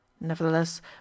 Nevertheless